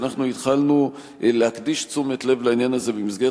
שהתחלנו להקדיש תשומת לעניין הזה במסגרת